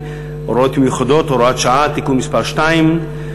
(הוראות מיוחדות) (הוראת שעה) (תיקון מס' 2),